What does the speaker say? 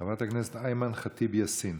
חברת הכנסת איימן ח'טיב יאסין.